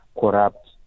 corrupt